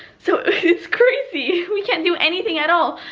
so it's crazy, we can't do anything at all,